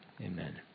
Amen